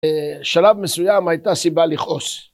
שלב מסוים הייתה סיבה לכעוס